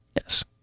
Yes